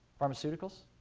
pharmaceuticals?